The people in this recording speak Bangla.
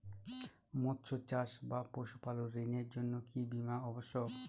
মৎস্য চাষ বা পশুপালন ঋণের জন্য কি বীমা অবশ্যক?